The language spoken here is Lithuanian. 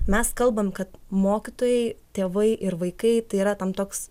mes kalbam kad mokytojai tėvai ir vaikai tai yra tam toks